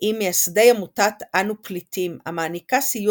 עם מייסדי עמותת "אנו פליטים" המעניקה סיוע